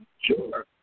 Sure